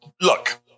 look